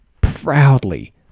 proudly